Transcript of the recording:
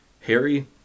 Harry